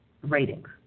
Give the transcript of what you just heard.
ratings